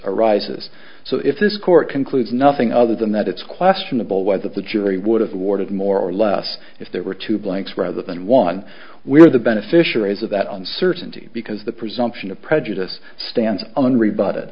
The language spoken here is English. arises so if this court concludes nothing other than that it's questionable whether the jury would have awarded more or less if there were two blanks rather than one we are the beneficiaries of that on certainty because the presumption of prejudice stands and rebut it